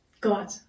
God